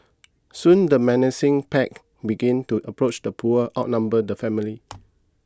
soon the menacing pack began to approach the poor outnumbered family